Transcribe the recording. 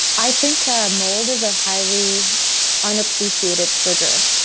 i think ah mold is a highly unappreciated trigger.